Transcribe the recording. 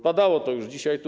Padało to już dzisiaj tu.